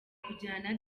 kujyana